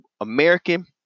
American